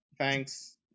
Thanks